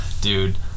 Dude